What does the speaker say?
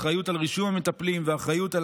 אחריות על רישום המטפלים ואחריות על